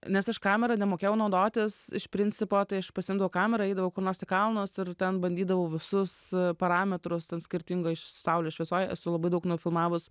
nes aš kamera nemokėjau naudotis iš principo tai aš pasiimdavau kamerą eidavau kur nors į kalnus ir ten bandydavau visus parametrus ten skirtingoj saulės šviesoje esu labai daug nufilmavus